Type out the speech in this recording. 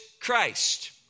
Christ